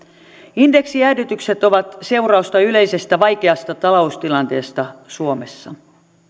indeksijäädytykset ovat seurausta yleisestä vaikeasta taloustilanteesta suomessa